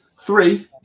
Three